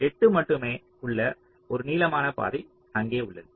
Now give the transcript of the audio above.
8 மட்டுமே உள்ள ஒரு நீளமான பாதை அங்கே உள்ளது